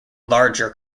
larger